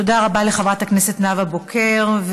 תודה רבה לחברת הכנסת נאוה בוקר.